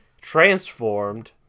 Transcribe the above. transformed